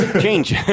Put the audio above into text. change